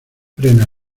frena